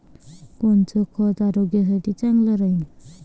कोनचं खत आरोग्यासाठी चांगलं राहीन?